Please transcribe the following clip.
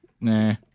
nah